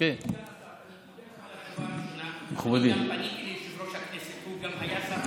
אדוני סגן השר,